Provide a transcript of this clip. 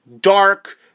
dark